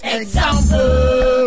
example